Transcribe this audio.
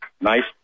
Nice